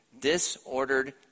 Disordered